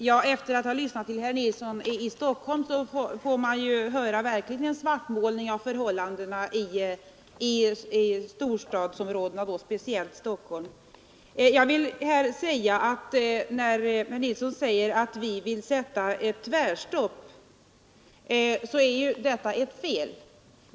Herr talman! När man lyssnar till herr Nilsson i Stockholm får man ju en verklig svartmålning av förhållandena i storstadsområdena och då speciellt Stockholm. När herr Nilsson säger att vi vill sätta tvärstopp, så är det fel.